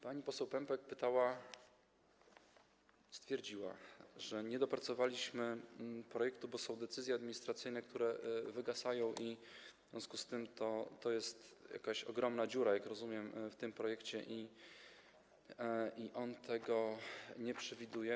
Pani poseł Pępek stwierdziła, że nie dopracowaliśmy projektu, bo są decyzje administracyjne, które wygasają, w związku z tym jest jakaś ogromna dziura, jak rozumiem, w tym projekcie, gdyż on tego nie przewiduje.